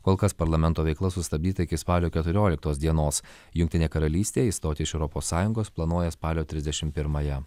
kol kas parlamento veikla sustabdyta iki spalio keturioliktos dienos jungtinė karalystė išstoti iš europos sąjungos planuoja spalio trisdešimt pirmąją